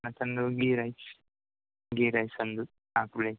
ಮತ್ತೊಂದು ghee rice ghee rice ಒಂದು ನಾಲ್ಕು ಪ್ಲೇಟ್